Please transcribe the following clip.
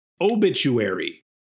Obituary